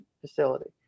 facility